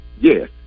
Yes